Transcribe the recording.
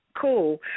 Cool